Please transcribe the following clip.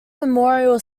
memorial